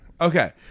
Okay